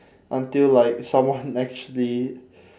until like someone actually